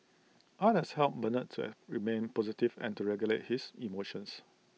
art has helped Bernard to remain positive and to regulate his emotions